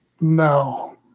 No